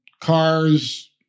cars